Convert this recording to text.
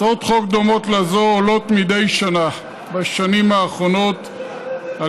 הצעות חוק דומות לזו עולות מדי שנה בשנים האחרונות על